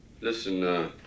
Listen